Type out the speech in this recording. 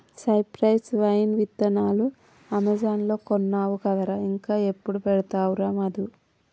cypress vine విత్తనాలు Amazon లో కొన్నావు కదరా ఇంకా ఎప్పుడు పెడతావురా మధు